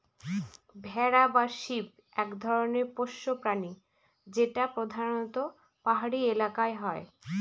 ভেড়া বা শিপ এক ধরনের পোষ্য প্রাণী যেটা প্রধানত পাহাড়ি এলাকায় হয়